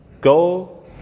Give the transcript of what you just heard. go